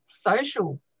social